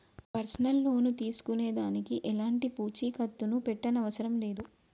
personal loan తీసుకునే దానికి ఎలాంటి పూచీకత్తుని పెట్టనవసరం లేదు